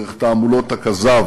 דרך תעמולות הכזב